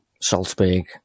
Salzburg